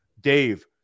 Dave